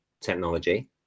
technology